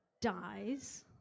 dies